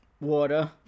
Water